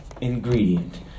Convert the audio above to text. ingredient